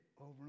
over